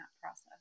process